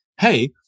hey